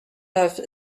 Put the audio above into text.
neuf